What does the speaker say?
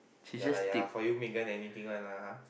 ya lah ya lah for you Megan anything one lah